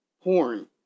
horn